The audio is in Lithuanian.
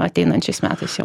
ateinančiais metaisjo